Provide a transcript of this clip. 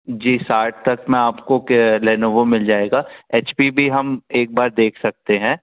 जी साठ तक मैं आपको कै लेनेवो मिल जाएगा एच पी भी हम एक बार देख सकते हैं